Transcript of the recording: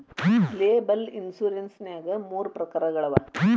liable insurance ನ್ಯಾಗ್ ಮೂರ ಪ್ರಕಾರಗಳವ